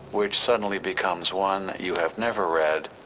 which suddenly becomes one you have never read,